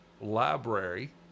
library